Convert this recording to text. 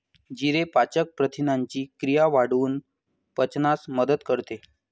जिरे पाचक प्रथिनांची क्रिया वाढवून पचनास मदत करते